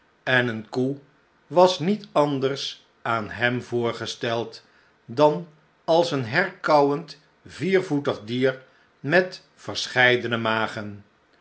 en eene koe was niet anders aan hem voorgesteld dan als een herkauwend viervoetig dier met verscheidene magen